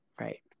Right